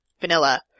vanilla